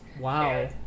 Wow